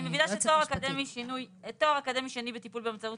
אני מבינה שתואר אקדמי שני בטיפול באמצעות